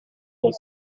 was